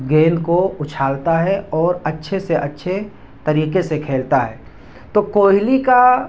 گیند کو اچھالتا ہے اور اچھے سے اچھے طریقے سے کھیلتا ہے تو کوہلی کا